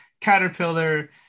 caterpillar